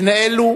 שני אלו